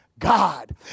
God